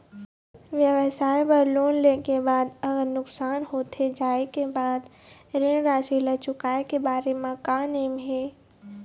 व्यवसाय बर लोन ले के बाद अगर नुकसान होथे जाय के बाद ऋण राशि ला चुकाए के बारे म का नेम हे?